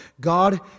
God